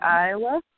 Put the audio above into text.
Iowa